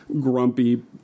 grumpy